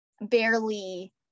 barely